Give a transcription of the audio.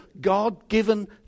God-given